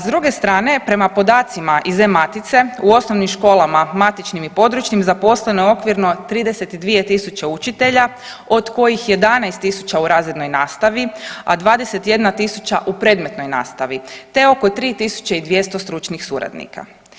S druge strane prema podacima iz e-matice u osnovnim školama matičnim i područnim zaposleno je okvirno 32.000 učitelja od kojih 11.000 u razrednoj nastavi, a 21.000 u predmetnoj nastavi te oko 3.200 stručnih suradnika.